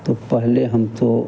तो पहले हम तो